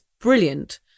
brilliant